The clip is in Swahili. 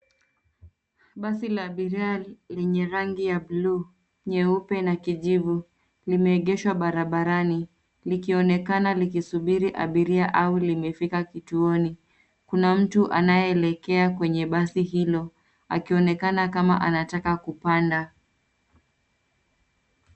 Basi la abiria lenye rangi ya buluu, nyeupe na kijivu limeegeshwa barabarani likionekana likisubiri abiria au limefika kituoni. Kuna mtu anayeelekea kwenye basi hilo akionekana kama anataka kupanda.